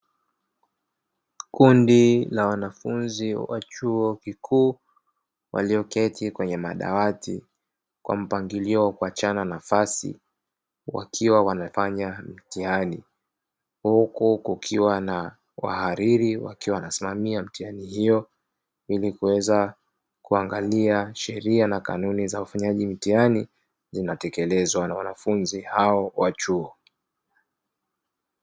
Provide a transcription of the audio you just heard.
Kundi la wanafunzi wa chuo kikuu walioketi kwenye madawati kwa mpangilio wa kuachana nafasi wakiwa wanafanya mitihani. Huku kukiwa na wahariri wakiwa wasimamia mtihani hiyo ili kuweza kuangalia sheria na kanuni za ufanyaji mitihani zinatekelezwa na wanafunzi hao wa chuo.